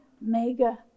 mega